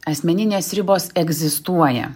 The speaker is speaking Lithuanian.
asmeninės ribos egzistuoja